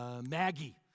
Maggie